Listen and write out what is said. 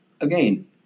again